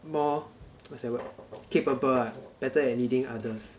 more what's that word capable ah better at leading others